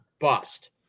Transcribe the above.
bust